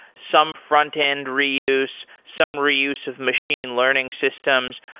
some front-end reuse, some reuse of machine learning systems.